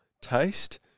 taste